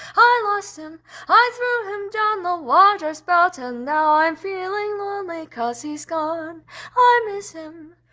i lost him i threw him down the water spout and now i'm feeling lonely cause he's gone um i miss him